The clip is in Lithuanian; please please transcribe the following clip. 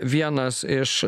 vienas iš